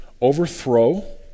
overthrow